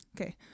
Okay